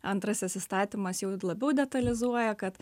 antrasis įstatymas jau labiau detalizuoja kad